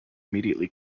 immediately